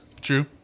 True